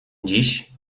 dziś